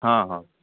ହଁ ହଁ